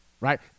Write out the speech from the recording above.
Right